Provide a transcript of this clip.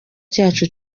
cyacu